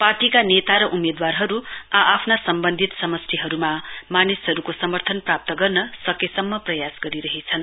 पार्टीका नेता र उम्मेदवारहरु आ आफ्ना सम्बन्धित समस्टिहरुमा मानिसहरुको समर्थन प्राप्त गर्न सकेसम्म प्रयास गरिरहेछन्